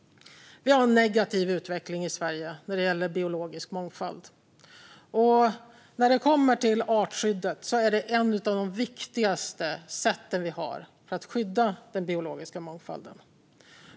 Vi har en negativ utveckling i Sverige när det gäller biologisk mångfald. Artskyddet är ett av de viktigaste sätten vi har att skydda den biologiska mångfalden.